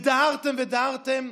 דהרתם ודהרתם,